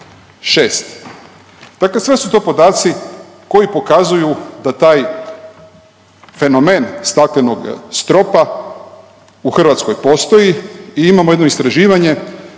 Šest. Dakle, sve su to podaci koji pokazuju da taj fenomen staklenog stropa u Hrvatskoj postoji i imamo jedno istraživanje